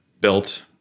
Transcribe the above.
built